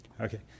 Okay